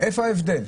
איפה ההבדל?